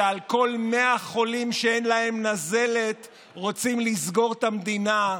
שעל כל 100 חולים שאין להם נזלת רוצים לסגור את המדינה,